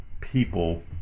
people